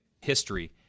history